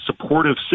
supportive